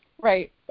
Right